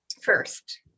first